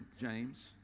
James